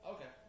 Okay